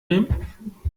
nehmen